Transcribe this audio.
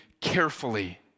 carefully